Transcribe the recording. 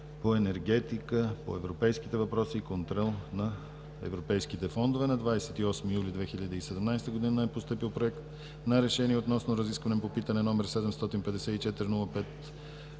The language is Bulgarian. енергетика, европейските въпроси и контрол на европейските фондове. На 28 юли 2017 г. е постъпил Проект на решение относно разискване по питане № 754-05-27